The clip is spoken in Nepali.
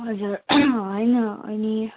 हजुर होइन अनि